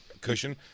cushion